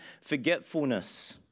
forgetfulness